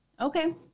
Okay